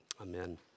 Amen